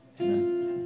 Amen